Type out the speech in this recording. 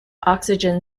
oxygen